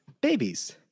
Babies